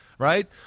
Right